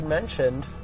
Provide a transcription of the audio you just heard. mentioned